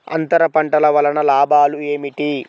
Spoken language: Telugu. అంతర పంటల వలన లాభాలు ఏమిటి?